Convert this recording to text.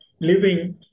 living